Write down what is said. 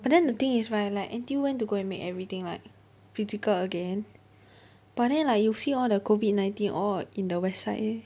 but then the thing is right like N_T_U went to go make everything like physical again but then like you see all the COVID nineteen all in the west side eh